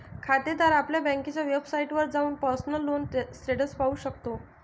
खातेदार आपल्या बँकेच्या वेबसाइटवर जाऊन पर्सनल लोन स्टेटस पाहू शकतो